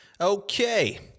Okay